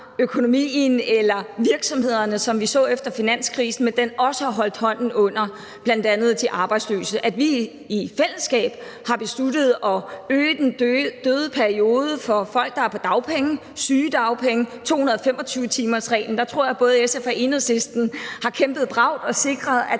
økonomien eller virksomhederne, som vi så det efter finanskrisen, men at de også har holdt hånden under bl.a. de arbejdsløse, altså at vi i fællesskab har besluttet at øge den døde periode for folk, der er på dagpenge, sygedagpenge og 225-timersreglen; dér tror jeg at både SF og Enhedslisten har kæmpet bravt og sikret, at